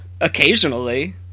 Occasionally